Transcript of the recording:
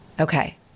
Okay